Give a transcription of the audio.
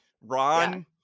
Ron